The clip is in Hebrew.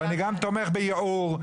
ואני גם תומך בייעור,